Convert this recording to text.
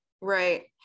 Right